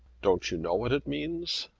don't you know what it means?